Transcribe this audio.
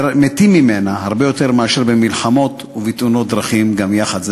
מתים ממנה הרבה יותר מאשר במלחמות ובתאונות דרכים גם יחד.